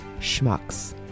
schmucks